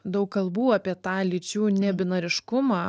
daug kalbų apie tą lyčių nebinariškumą